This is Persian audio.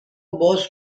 باز